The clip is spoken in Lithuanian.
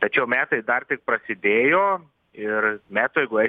tačiau metai dar tik prasidėjo ir metų eigoj